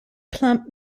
plump